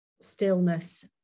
stillness